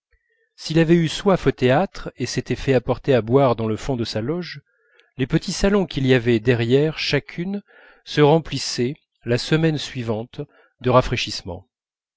s'il avait eu soif au théâtre et s'était fait apporter à boire dans le fond de sa loge les petits salons qu'il y avait derrière chacune se remplissaient la semaine suivante de rafraîchissements